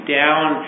down